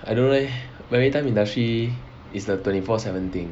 I don't know leh maritime industry is a twenty four seven thing